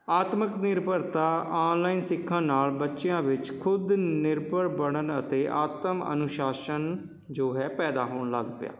ਆਤਮਿਕ ਨਿਰਭਰਤਾ ਆਨਲਾਈਨ ਸਿੱਖਣ ਨਾਲ ਬੱਚਿਆਂ ਵਿੱਚ ਖੁਦ ਨਿਰਭਰ ਬਣਨ ਅਤੇ ਆਤਮ ਅਨੁਸ਼ਾਸਨ ਜੋ ਹੈ ਪੈਦਾ ਹੋਣ ਲੱਗ ਪਿਆ